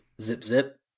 zip-zip